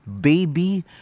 baby